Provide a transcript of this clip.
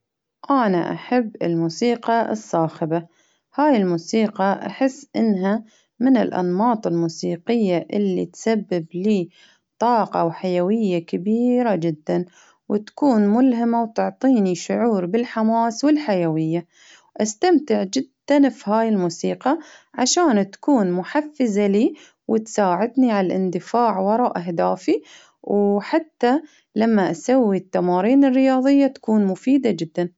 أنا أحب الموسيقى الصاخبة، هاي الموسيقى أحس إنها من الأنماط الموسيقية اللي تسبب لي طاقة وحيوية كبييرة جدا، وتكون ملهمة وتعطيني شعور بالحماس والحيوية، أستمتع جدا بهاي الموسيقى عشان تكون محفزة لي، وتساعدني على الإندفاع وراء أهدافي، وحتى لما أسوي التمارين الرياظية تكون مفيدة جدا.